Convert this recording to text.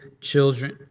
children